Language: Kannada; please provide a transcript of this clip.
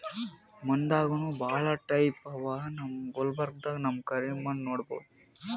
ಮಣ್ಣ್ ದಾಗನೂ ಭಾಳ್ ಟೈಪ್ ಅವಾ ನಮ್ ಗುಲ್ಬರ್ಗಾದಾಗ್ ನಾವ್ ಕರಿ ಮಣ್ಣ್ ನೋಡಬಹುದ್